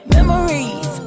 Memories